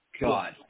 God